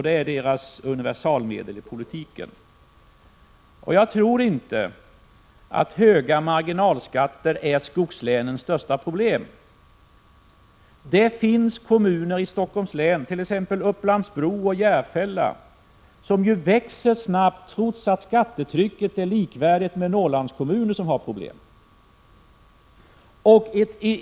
Det är deras universalmedel i politiken. Jag tror inte höga marginalskatter är de största problemen i skogslänen. Det finns kommuner i Stockholms län, t.ex. Upplands Bro och Järfälla, som växer snabbt trots att skattetrycket är lika högt som i många Norrlandskommuner som har problem.